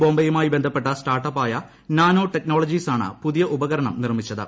ബോബെയുമായി ബന്ധപ്പെട്ട സ്റ്റാർട്ടപ്പായ നാനോ ടെക്നോളജീസാണ് പുതിയ ഉപകരണം നിർമ്മിച്ചത്